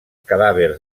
cadàvers